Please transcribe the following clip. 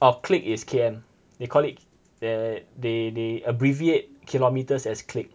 oh click is K_M they call it there they they abbreviate kilometers as click